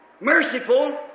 merciful